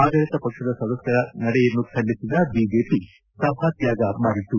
ಆಡಳಿತ ಪಕ್ಷದ ಸದಸ್ಥರ ನಡೆಯನ್ನು ಖಂಡಿಸಿದ ಬಿಜೆಪಿ ಸಭಾತ್ವಾಗ ಮಾಡಿತು